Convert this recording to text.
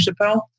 Chappelle